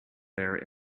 there